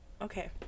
okay